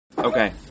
Okay